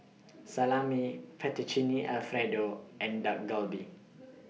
Salami Fettuccine Alfredo and Dak Galbi